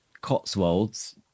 cotswolds